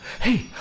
Hey